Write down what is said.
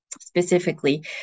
specifically